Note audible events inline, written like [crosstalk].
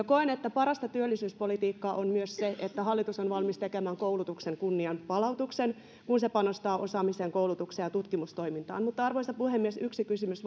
[unintelligible] koen että parasta työllisyyspolitiikkaa on se että hallitus on valmis tekemään koulutuksen kunnianpalautuksen kun se panostaa osaamiseen koulutukseen ja tutkimustoimintaan mutta arvoisa puhemies yksi kysymys [unintelligible]